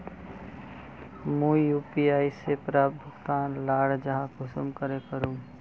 मुई यु.पी.आई से प्राप्त भुगतान लार जाँच कुंसम करे करूम?